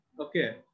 Okay